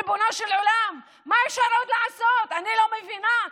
ריבונו של עולם, מה אפשר עוד לעשות, אני לא מבינה.